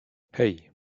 hey